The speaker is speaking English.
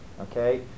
okay